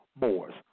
Moors